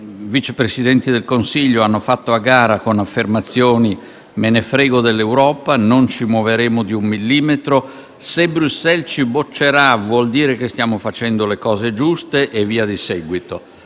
Vice Presidenti del Consiglio hanno fatto a gara con affermazioni «Me ne frego dell'Europa, non ci muoveremo di un millimetro», «Se Bruxelles ci boccerà, vuol dire che stiamo facendo le cose giuste» e via di seguito.